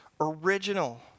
original